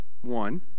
one